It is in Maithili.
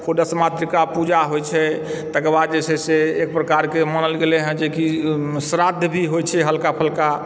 षोडश मातृका पूजा होइत छै तकर बाद जे छै से एक प्रकारके मानल गेलैए जे कि श्राद्ध भी होइत छै हल्का फल्का